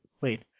wait